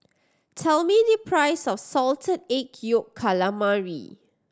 tell me the price of Salted Egg Yolk Calamari